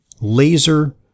laser